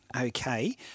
okay